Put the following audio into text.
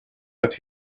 but